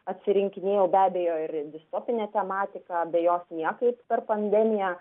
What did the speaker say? atsirinkinėjau be abejo ir distopinė tematika be jos niekaip per pandemiją